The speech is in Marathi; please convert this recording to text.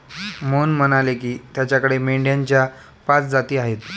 मोहन म्हणाले की, त्याच्याकडे मेंढ्यांच्या पाच जाती आहेत